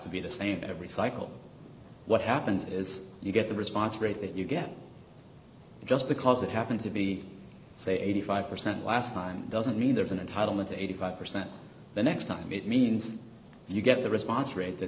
to be the same every cycle what happens is you get the response rate that you get just because it happened to be say eighty five percent last time doesn't mean there's an entitlement eighty five percent the next time it means you get the response rate that